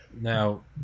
now